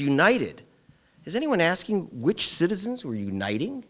united is anyone asking which citizens were uniting